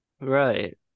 Right